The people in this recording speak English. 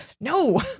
no